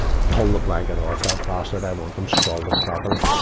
pull the blanket off that bastard. i want them scalded properly.